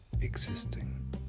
existing